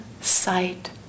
sight